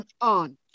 on